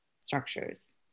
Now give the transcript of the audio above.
structures